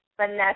Vanessa